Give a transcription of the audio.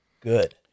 good